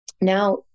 Now